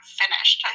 finished